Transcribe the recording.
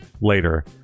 later